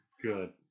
good